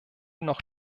noch